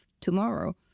tomorrow